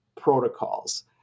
protocols